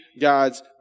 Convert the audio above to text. God's